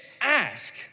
ask